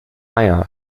meier